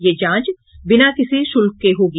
यह जांच बिना किसी शुल्क के होगी